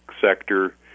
sector